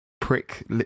Prick